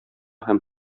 һәм